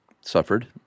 suffered